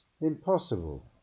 Impossible